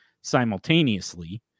simultaneously